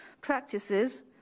practices